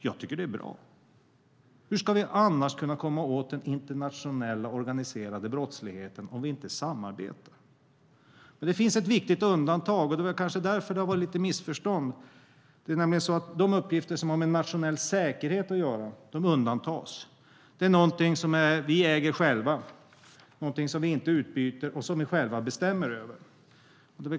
Jag tycker att det är bra. Hur ska vi komma åt den internationella organiserade brottsligheten om vi inte samarbetar? Det finns dock ett viktigt undantag. De uppgifter som har med nationell säkerhet att göra undantas. Det är något som vi äger själva, inte utbyter och själva bestämmer över.